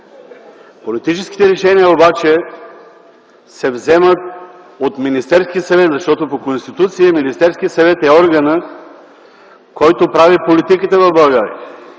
Политическите решения обаче се вземат от Министерския съвет, защото по Конституция Министерският съвет е органът, който прави политиките в България,